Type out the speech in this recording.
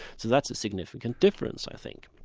so that's a significant difference i think.